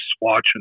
watching